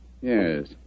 Yes